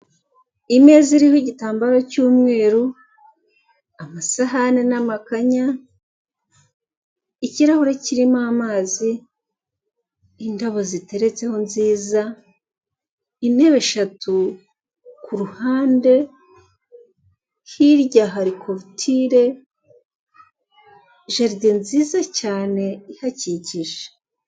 Imeza iriho igitambaro cy'umweru, amasahani, n'amakanya, ikirahure kirimo amazi, indabo ziteretseho nziza, intebe eshatu k'uruhande, hirya hariture, jaride nziza cyane ihakikije.